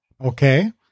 Okay